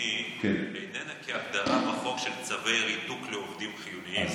חיוני מבחינתנו ניתנת כהגדרה בחוק של צווי ריתוק לעובדים חיוניים.